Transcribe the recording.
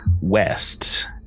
west